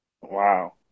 Wow